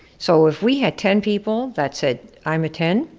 so if we had ten people that said, i'm a ten,